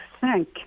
thank